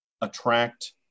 attract